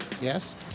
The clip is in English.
Yes